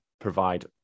provide